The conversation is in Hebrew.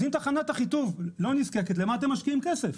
אז אם תחנת אחיטוב לא נזקקת, למה אתם משקיעים כסף?